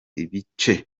ibice